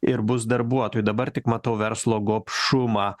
ir bus darbuotojų dabar tik matau verslo gobšumą